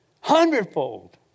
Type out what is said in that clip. Hundredfold